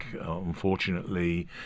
unfortunately